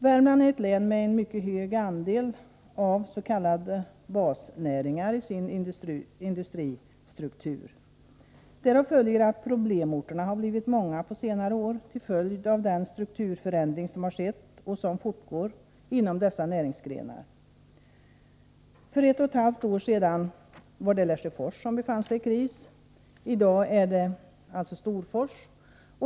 Värmland är ett län, vars industristruktur i mycket hög grad präglas av de s.k. basnäringarna. Problemorterna har blivit många på senare år till följd av den strukturförändring som har skett och som fortgår inom dessa näringsgrenar. För ett och ett halvt år sedan var det Lesjöfors som befann sig i kris. I dag är det Storfors.